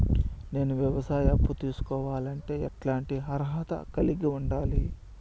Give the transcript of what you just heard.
నేను వ్యవసాయ అప్పు తీసుకోవాలంటే ఎట్లాంటి అర్హత కలిగి ఉండాలి?